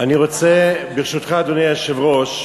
אני רוצה, ברשותך, אדוני היושב-ראש,